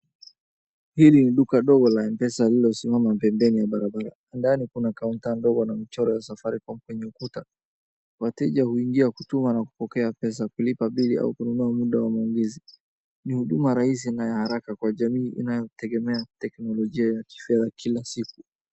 Hili ni duka ndogo la M-pesa lililosimama pembeni ya barabara. Ndani kuna kaunta ndogo na michoro ya Safaricom kwenye ukuta. Wateja huingia kutuma na kupokea pesa, kulipa bili au kununua muda wa maongezi. Ni huduma rahisi na ya haraka kwa jamii inayotegemea teknolojia ya kifedha ya kila siku.